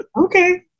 Okay